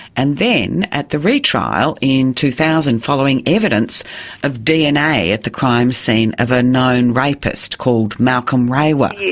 and then at the retrial in two thousand following evidence of dna at the crime scene of a known rapist called malcolm rewa. yes,